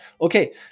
Okay